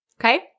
okay